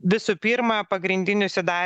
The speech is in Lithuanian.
visų pirma pagrindinius įdar